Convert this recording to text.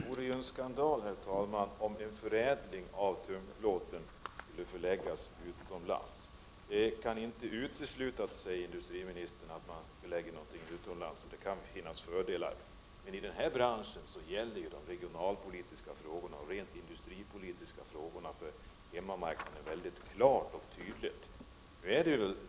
Herr talman! Det vore en skandal om en förädling av tunnplåten skulle förläggas utomlands. Det kan inte uteslutas, säger industriministern, att man förlägger verksamheter utomlands, och det kan finnas fördelar med det. Men i den här branschen är ju de regionalpolitiska och rent industripolitiska aspekterna mycket klart och tydligt avgörande.